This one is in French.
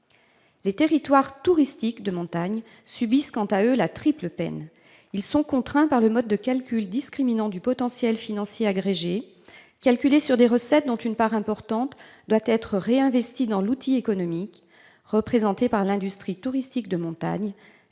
Les territoires touristiques de montagne subissent quant à eux une triple peine. Ils sont contraints par le mode de calcul discriminant du potentiel financier agrégé, calculé sur des recettes dont une part importante doit être réinvestie dans l'outil économique, représenté par l'industrie touristique de montagne,